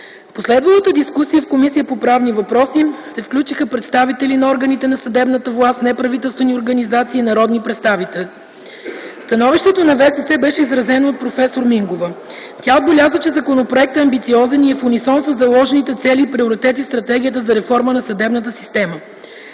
В последвалата дискусия в Комисията по правни въпроси се включиха представители на органите на съдебната власт, неправителствени организации, народни представители. Становището на ВСС беше изразено от проф. Анелия Мингова. Тя отбеляза, че законопроектът е амбициозен и е в унисон със заложените цели и приоритети в Стратегията за реформа на съдебната система.